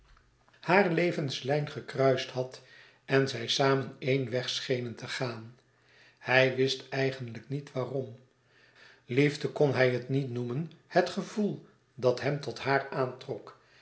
haar levenslijn gekruist had en zij samen éen weg schenen te gaan hij wist eigenlijk niet waarom liefde kon hij niet noemen het gevoel e ids aargang dat hem tot haar